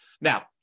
Now